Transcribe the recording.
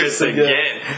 again